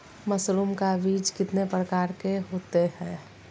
Mushroom का बीज कितने प्रकार के होते है?